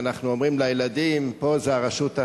אנחנו אומרים לילדים: פה זה הרשות,